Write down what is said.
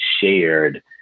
shared